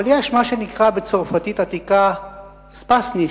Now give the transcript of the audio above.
אבל יש מה שנקרא בצרפתית עתיקה "עס פאסט נישט".